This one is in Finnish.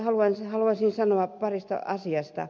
sitten haluaisin sanoa parista asiasta